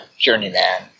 journeyman